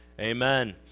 Amen